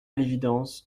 l’évidence